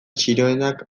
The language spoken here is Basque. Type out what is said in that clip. txiroenek